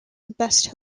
best